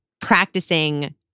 practicing